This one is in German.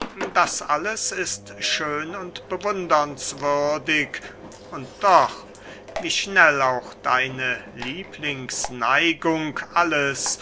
das alles ist schön und bewundernswürdig und doch wie schnell auch deine lieblingsneigung alles